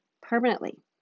permanently